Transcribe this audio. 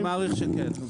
אני מעריך שכן.